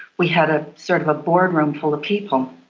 we had a sort of boardroom full of people,